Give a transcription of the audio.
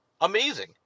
Amazing